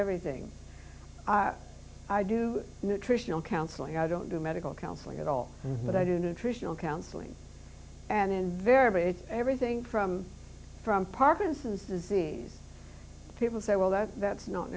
everything i do nutritional counseling i don't do medical counseling at all but i do nutritional counseling and invariably it's everything from from parkinson's disease people say well that's that's not